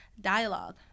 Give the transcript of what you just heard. dialogue